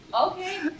Okay